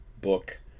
book